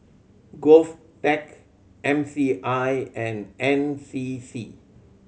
GovTech M C I and N C C